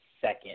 second